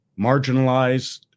marginalized